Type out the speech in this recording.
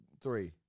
three